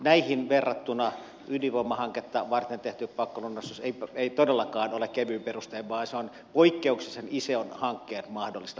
näihin verrattuna ydinvoimahanketta varten tehtyä pakkolunastusta ei todellakaan ole tehty kevyin perustein vaan se on tehty poikkeuksellisen ison hankkeen mahdollistamiseksi